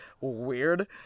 weird